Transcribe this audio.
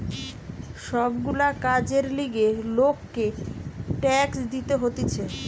সব গুলা কাজের লিগে লোককে ট্যাক্স দিতে হতিছে